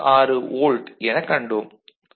66 volt என கண்டோம்